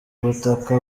ubutaka